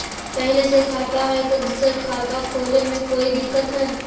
पहले से खाता है तो दूसरा खाता खोले में कोई दिक्कत है?